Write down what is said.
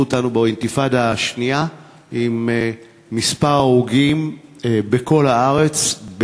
אותנו באינתיפאדה השנייה עם מספר הרוגים בכל הארץ,